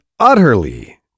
utterly